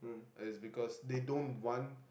it's because they don't want